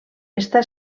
està